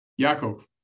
Yaakov